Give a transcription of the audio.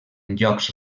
llocs